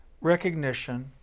recognition